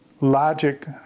logic